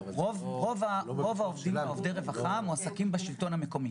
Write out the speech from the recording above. ורוב עובדי הרווחה מועסקים בשלטון המקומי.